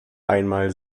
einmal